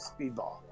speedball